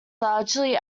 largely